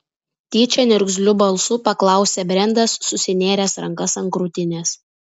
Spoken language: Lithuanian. tyčia niurgzliu balsu paklausė brendas susinėręs rankas ant krūtinės